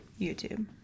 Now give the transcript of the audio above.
YouTube